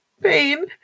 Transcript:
pain